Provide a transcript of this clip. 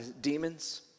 demons